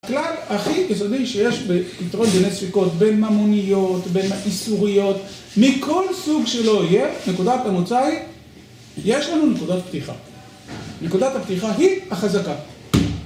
הכלל הכי יסודי שיש בכלטרון בין הספיקות, בין מה מוניות, בין מה איסוריות, מכל סוג שלא יהיה נקודת המוצאי, יש לנו נקודת פתיחה. נקודת הפתיחה היא החזקה.